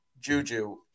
Juju